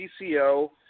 PCO